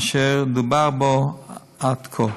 אשר דובר בה עד כה.